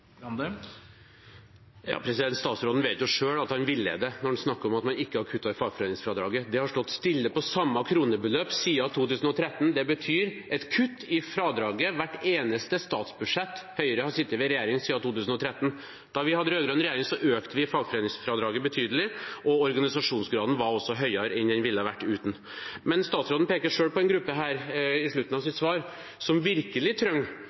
Statsråden vet jo selv at han villeder når han snakker om at man ikke har kuttet i fagforeningsfradraget. Det har stått stille, på samme kronebeløp, siden 2013, og det betyr et kutt i fradraget hvert eneste statsbudsjett Høyre har sittet i regjering, siden 2013. Da vi hadde rød-grønn regjering, økte vi fagforeningsfradraget betydelig, og organisasjonsgraden var også høyere enn den ville ha vært uten. Men statsråden peker selv i slutten av sitt svar på en gruppe som virkelig trenger verdien av det å være fagorganisert, nemlig utenlandske arbeidstakere, som